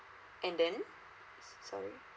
and then s~ sorry